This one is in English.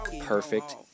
Perfect